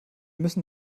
müssten